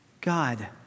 God